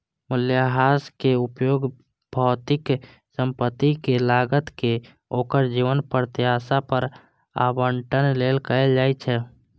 मूल्यह्रासक उपयोग भौतिक संपत्तिक लागत कें ओकर जीवन प्रत्याशा पर आवंटन लेल कैल जाइ छै